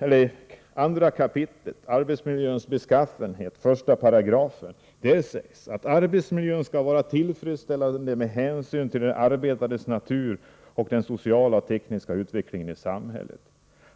I 2 kap., Arbetsmiljöns beskaffenhet, 1 § står: ”Arbetsmiljön skall vara tillfredsställande med hänsyn till arbetets natur och den sociala och tekniska utvecklingen i samhället.